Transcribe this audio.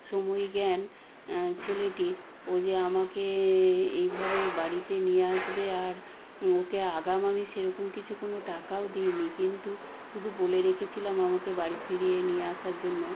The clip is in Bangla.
সময় জ্ঞান ছেলেটির ও যে আমাকে এইভাবে বাড়িতে নিয়ে আসবে আর ওকে আগাম আমি সেরকম কিছু কোনো টাকাও দিই নি কিন্তু শুধু বলে রেখেছিলাম আমাকে বাড়ি ফিরিয়ে নিয়ে আসার জন্য